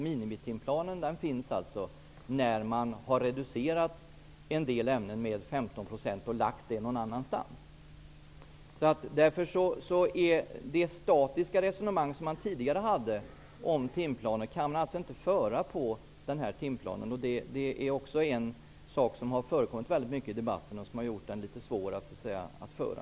Minimitimplanen gäller när man har reducerat timantalet i en del ämnen med 15 % och lagt de timmarna någon annanstans. Det statiska resonemang som man tidigare hade om timplaner kan man inte föra när det gäller den här timplanen. Det är också en sak som har förekommit väldigt mycket i debatten och som har gjort den litet svår att föra.